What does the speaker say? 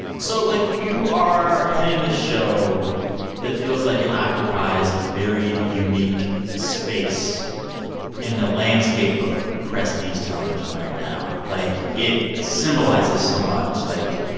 so, like, you are heading this show that feels like it occupies a very unique space in the landscape of prestige television right now. like, it symbolizes so much. like,